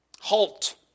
Halt